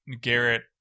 garrett